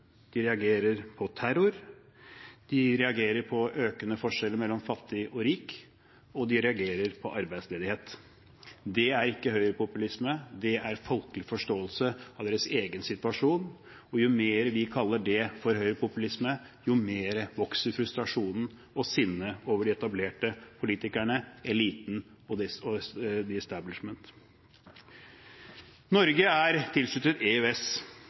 de reagerer på terror, de reagerer på økende forskjeller mellom fattig og rik, og de reagerer på arbeidsledighet. Det er ikke høyrepopulisme, det er folkelig forståelse av deres egen situasjon, og jo mer vi kaller det for høyrepopulisme, jo mer vokser frustrasjonen og sinnet over de etablerte politikerne, eliten og «the establishment». Norge er tilsluttet EØS.